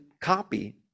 copy